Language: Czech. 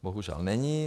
Bohužel není.